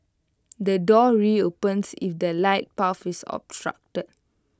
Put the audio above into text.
the doors reopens if the light path is obstructed